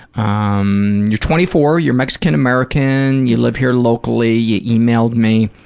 um you're twenty four, you're mexican-american, you live here locally, you emailed me,